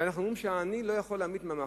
ואנחנו אומרים שהעני לא יכול להמעיט מהמחצית,